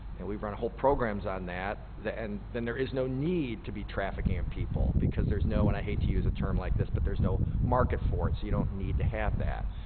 and we've run whole programs on that, and then there is no need to be traffic in people because there's no, and i hate to use a term like this, but there's no market for it so you don't need to have that.